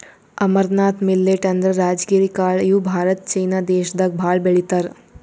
amaranth millet ಅಂದ್ರ ರಾಜಗಿರಿ ಕಾಳ್ ಇವ್ ಭಾರತ ಚೀನಾ ದೇಶದಾಗ್ ಭಾಳ್ ಬೆಳಿತಾರ್